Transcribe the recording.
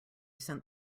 sent